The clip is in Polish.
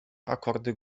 akordy